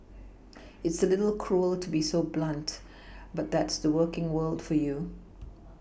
it's a little cruel to be so blunt but that's the working world for you